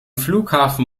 flughafen